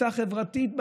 תפיסה חברתית,